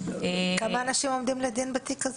--- כמה אנשים עומדים לדין בתיק הזה?